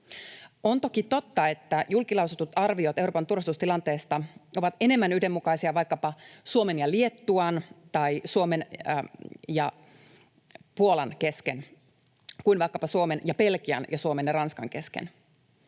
On toki totta, että julkilausutut arviot Euroopan turvallisuustilanteesta ovat enemmän yhdenmukaisia vaikkapa Suomen ja Liettuan tai Suomen ja Puolan kesken kuin vaikkapa Suomen ja Belgian tai Suomen ja Ranskan kesken.